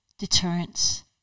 deterrence